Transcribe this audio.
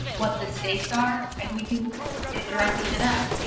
what the stakes are and you can give directly to them.